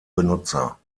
benutzer